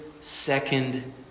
second